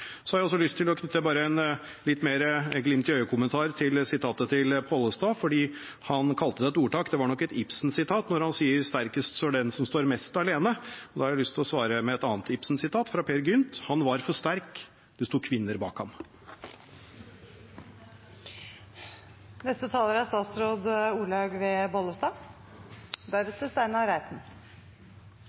Så har jeg også lyst til bare å knytte en litt mer glimt-i-øyet-kommentar til sitatet til representanten Pollestad. Han kalte det et ordtak, men det var nok et Ibsen-sitat da han sa: Sterkest er den som står mest alene. Da har jeg lyst til å svare med et annet Ibsen-sitat, fra Peer Gynt: «Han var for stærk. Der stod Kvinder bag ham.» Jeg har lyst til å begynne med å svare representanten Roy Steffensen. Når jeg bare hører tallet 5 mill. kr, er